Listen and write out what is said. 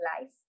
life